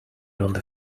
only